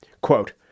Quote